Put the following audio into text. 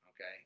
okay